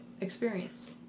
experience